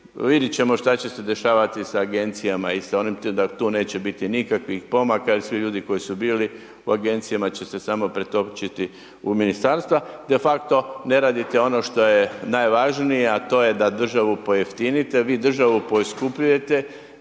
vidit ćemo šta će se dešavat sa agencijama i sa onim tu neće biti nikakvih pomaka jer su ljudi koji su bili u agencijama će se samo pretočiti u ministarstva. Defakto ne redite ono što je najvažnije, a to je da državu pojeftinite, vi državu poskupljujete